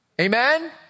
Amen